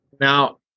Now